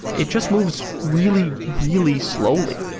it just moves really really slowly.